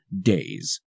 days